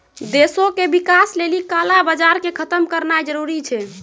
देशो के विकास लेली काला बजार के खतम करनाय जरूरी छै